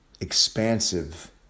expansive